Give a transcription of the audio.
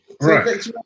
Right